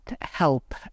help